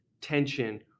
tension